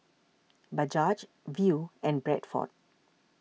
Bajaj Viu and Bradford